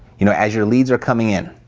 you know as your leads are coming in,